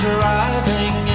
Driving